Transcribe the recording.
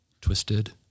twisted